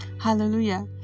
hallelujah